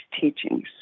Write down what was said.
teachings